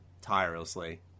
tirelessly